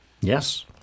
Yes